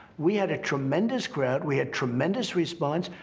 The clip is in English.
we had a tremendous crowd. we had tremendous response.